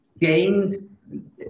gained